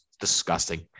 Disgusting